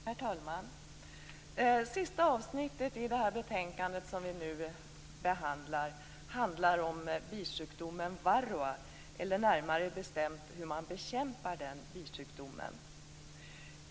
Herr talman! Det sista avsnittet i det betänkande som vi nu behandlar handlar om bisjukdomen varroa, eller närmare bestämt om hur man bekämpar denna bisjukdom.